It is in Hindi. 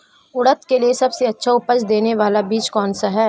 उड़द के लिए सबसे अच्छा उपज देने वाला बीज कौनसा है?